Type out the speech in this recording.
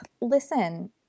listen